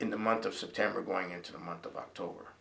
in the month of september going into the month of october